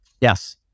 Yes